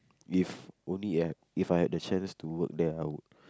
if only If I had the chance to work there I would